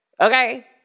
Okay